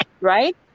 right